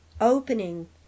opening